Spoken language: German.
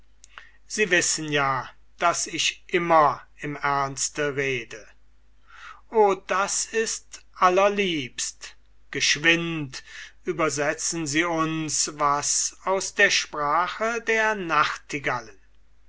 sie wissen ja daß ich immer im ernste rede o das ist allerliebst geschwinde übersetzen sie uns was aus der sprache der nachtigallen